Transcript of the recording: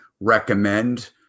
recommend